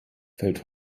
fällt